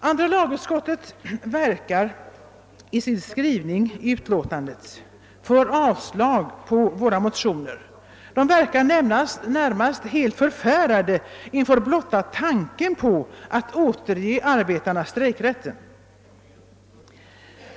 Andra lagutskottet verkar i sin motivering för avstyrkande av våra motioner närmast förfärat inför blotta tanken på att återge arbetarna strejkrätten.